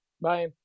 Bye